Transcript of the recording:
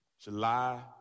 July